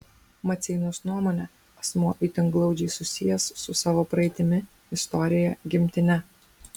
maceinos nuomone asmuo itin glaudžiai susijęs su savo praeitimi istorija gimtine